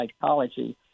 psychology